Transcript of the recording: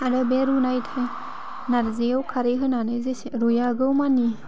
आरो बे रुनाय टाइम नारजिआव खारै होनानै जेसे रुयागौ मानि